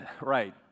Right